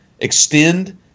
extend